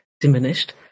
diminished